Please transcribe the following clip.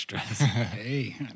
Hey